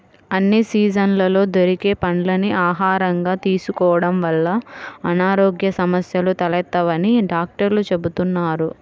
అన్ని సీజన్లలో దొరికే పండ్లని ఆహారంగా తీసుకోడం వల్ల అనారోగ్య సమస్యలు తలెత్తవని డాక్టర్లు చెబుతున్నారు